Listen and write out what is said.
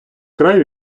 край